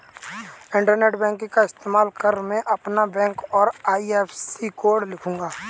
internet banking का इस्तेमाल कर मैं अपना बैंक और आई.एफ.एस.सी कोड लिखूंगा